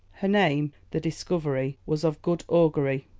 her name, the discovery, was of good augury.